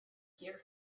hear